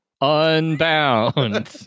Unbound